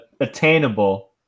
attainable